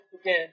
again